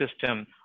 system